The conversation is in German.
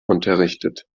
unterrichtet